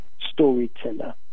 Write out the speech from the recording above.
storyteller